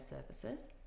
services